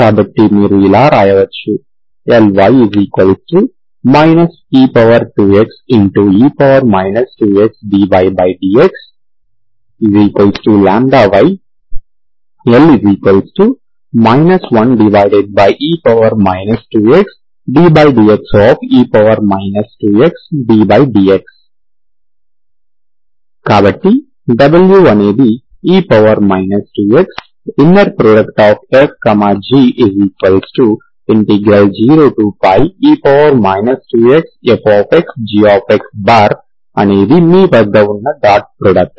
కాబట్టి మీరు ఇలా వ్రాయవచ్చు Ly e2xe 2xdydxλy L 1e 2xddxe 2xddx కాబట్టి w అనేది e 2x fg0e 2xfg అనేది మీ వద్ద ఉన్న డాట్ ప్రోడక్ట్